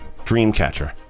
Dreamcatcher